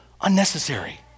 unnecessary